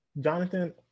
Jonathan